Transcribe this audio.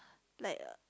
like